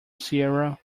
sierra